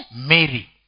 Mary